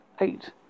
Eight